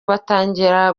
batangira